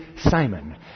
Simon